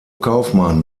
kaufmann